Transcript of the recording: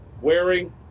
wearing